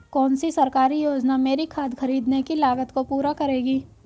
कौन सी सरकारी योजना मेरी खाद खरीदने की लागत को पूरा करेगी?